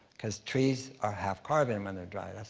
cause trees are half carbon when they're dry.